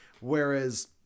Whereas